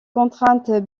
contraintes